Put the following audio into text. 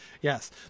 Yes